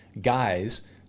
guys